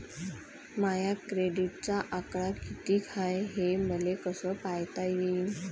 माया क्रेडिटचा आकडा कितीक हाय हे मले कस पायता येईन?